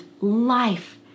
life